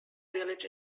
village